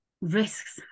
risks